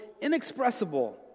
inexpressible